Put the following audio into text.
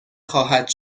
خواهد